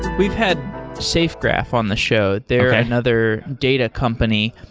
we've had safegraph on the show. they're another data company.